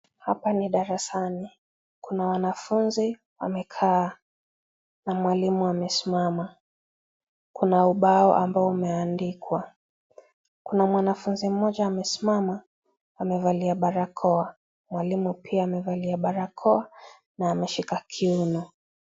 Hapa ni darasani. Kuna wanafunzi wamekaa na mwalimu amesimama. Kuna ubao ambao umeandikwa. Kuna mwanafunzi mmoja ambaye amesimama, amevalia barakoa. Mwalimu pia amevalia barakoa na ameshika kiuno.